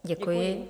Děkuji.